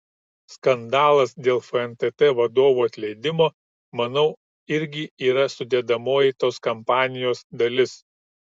skandalas dėl fntt vadovų atleidimo manau irgi yra sudedamoji tos kampanijos dalis